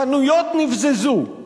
חנויות נבזזו.